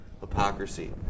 hypocrisy